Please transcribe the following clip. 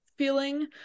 Feeling